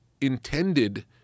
intended